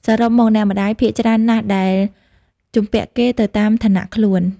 សរុបមក អ្នកម្ដាយភាគច្រើនណាស់ដែលជំពាក់គេទៅតាមឋានៈខ្លួន ៕